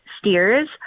steers